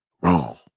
wrong